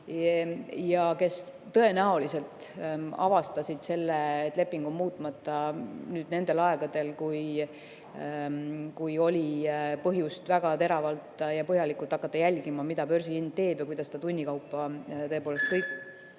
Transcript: ja kes tõenäoliselt avastasid selle, et leping on muutmata, nendel aegadel, kui oli põhjust väga põhjalikult hakata jälgima, mida börsihind teeb ja kuidas ta tunni kaupa kõigub. Eesti